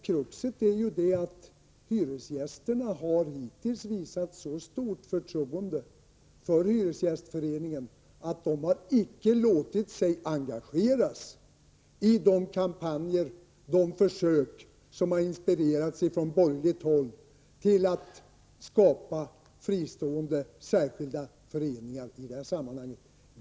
Kruxet är ju bara att hyresgästerna hittills visat så stort förtroende för hyresgästföreningen att man inte låtit sig engageras av de kampanjer som initierats från borgerligt håll för att skapa fristående särskilda föreningar i detta sammanhang.